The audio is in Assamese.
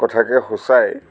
কথাকে সূচায়